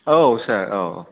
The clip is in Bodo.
औ सार औ